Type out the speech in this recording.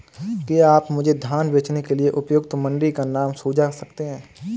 क्या आप मुझे धान बेचने के लिए उपयुक्त मंडी का नाम सूझा सकते हैं?